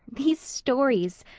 these stories.